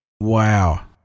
Wow